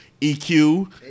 EQ